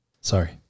Sorry